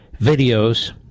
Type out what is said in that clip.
videos